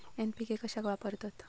NPK कशाक वापरतत?